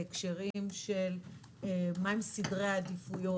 בהקשרים של מה הם סדרי העדיפויות,